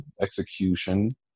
execution